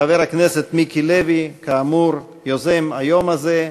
חבר הכנסת מיקי לוי, כאמור, יוזם היום הזה.